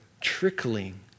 trickling